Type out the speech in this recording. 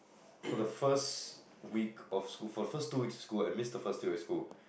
for the first week of school for the first two weeks of school I miss the first two weeks of school